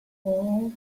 all